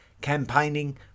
campaigning